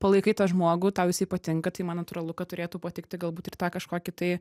palaikai tą žmogų tau jisai patinka tai man natūralu kad turėtų patikti galbūt ir tą kažkokį tai